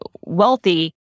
wealthy